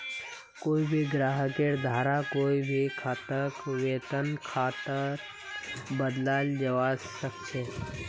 कोई भी ग्राहकेर द्वारा कोई भी खाताक वेतन खातात बदलाल जवा सक छे